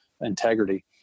integrity